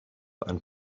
and